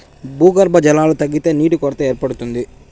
భూగర్భ జలాలు తగ్గితే నీటి కొరత ఏర్పడుతుంది